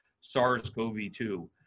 SARS-CoV-2